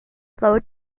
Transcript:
flow